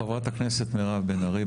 חברת הכנסת מירב בן ארי, בבקשה.